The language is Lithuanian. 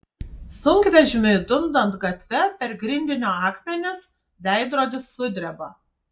sunkvežimiui dundant gatve per grindinio akmenis veidrodis sudreba